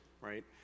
right